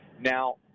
now